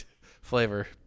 flavor